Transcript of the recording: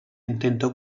intenta